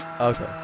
Okay